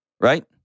right